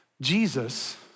Jesus